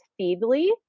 feedly